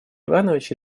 иванович